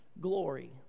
glory